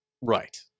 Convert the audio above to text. Right